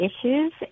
issues